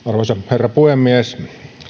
arvoisa herra puhemies